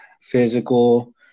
physical